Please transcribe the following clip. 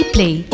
Play